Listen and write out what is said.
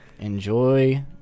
Enjoy